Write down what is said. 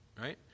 Right